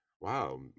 Wow